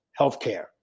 healthcare